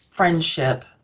Friendship